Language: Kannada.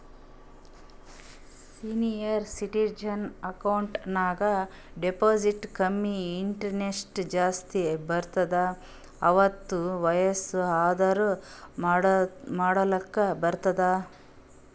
ಸೀನಿಯರ್ ಸಿಟಿಜನ್ ಅಕೌಂಟ್ ನಾಗ್ ಡೆಪೋಸಿಟ್ ಕಮ್ಮಿ ಇಂಟ್ರೆಸ್ಟ್ ಜಾಸ್ತಿ ಬರ್ತುದ್ ಅರ್ವತ್ತ್ ವಯಸ್ಸ್ ಆದೂರ್ ಮಾಡ್ಲಾಕ ಬರ್ತುದ್